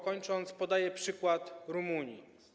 Kończąc, podaję przykład Rumunii.